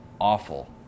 awful